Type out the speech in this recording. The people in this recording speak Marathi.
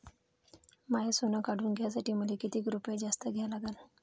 माय सोनं काढून घ्यासाठी मले कितीक रुपये जास्त द्या लागन?